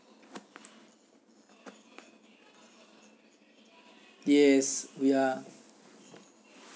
yes we are